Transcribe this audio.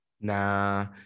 nah